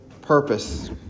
purpose